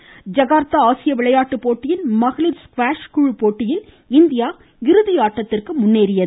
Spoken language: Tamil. ஐகார்த்தா ஆசிய விளையாட்டு போட்டியின் மகளிர் ஸ்குவாஷ் குழு போட்டியில் இந்தியா இறுதியாட்டத்திற்கு முன்னேறியுள்ளது